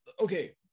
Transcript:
okay